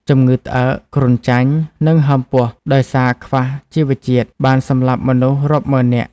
ជំងឺត្អើក គ្រុនចាញ់ និងហើមពោះដោយសារខ្វះជីវជាតិ បានសម្លាប់មនុស្សរាប់ម៉ឺននាក់។